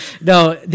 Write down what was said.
No